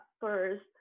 first